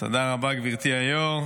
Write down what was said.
תודה רבה, גברתי היו"ר.